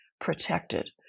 protected